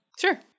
Sure